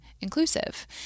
inclusive